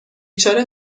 چاره